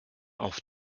auf